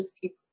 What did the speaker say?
people